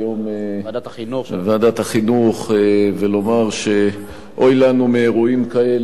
בוועדת החינוך ולומר שאוי לנו מאירועים כאלה,